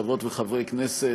חברות וחברי כנסת,